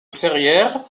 serrières